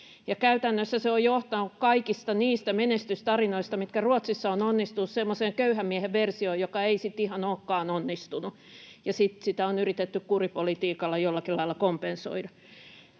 käytännössä se on johtanut kaikista niistä menestystarinoista, mitkä Ruotsissa ovat onnistuneet, semmoiseen köyhän miehen versioon, joka ei sitten ihan olekaan onnistunut, ja sitten sitä on yritetty kuripolitiikalla jollakin lailla kompensoida.